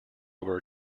were